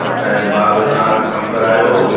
असांजे भाउ बि तव्हां खां कमु करायो हुओ